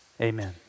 Amen